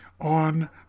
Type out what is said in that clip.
on